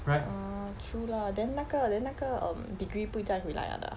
ah true lah then 那个 then 那个 um degree 不会再回来了 lah